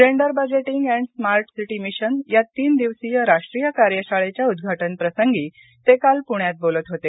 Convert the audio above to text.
gender budgeting and smart city mission या तीन दिवसीय राष्ट्रीय कार्यशाळेच्या उदघाटन प्रसंगी ते काल पुण्यात बोलत होते